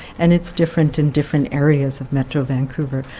and it's different in different areas of metro vancouver.